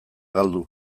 galdu